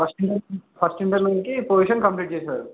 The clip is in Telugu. ఫస్ట్ ఇండర్ ఫస్ట్ ఇంటర్లోంచి పజిషన్ కంప్లీట్ చేశారు